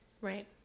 Right